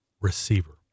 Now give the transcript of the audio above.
receiver